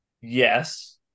Yes